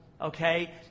okay